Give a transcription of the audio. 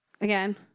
again